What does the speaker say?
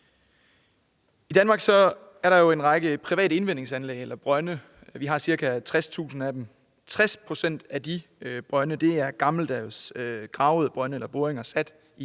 I Danmark er der en række private indvindingsanlæg eller brønde – vi har ca. 60.000 af dem – og 60 pct. af de brønde er gammeldags brønde, altså gravede brønde, eller boringer sat i